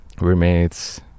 roommates